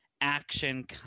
action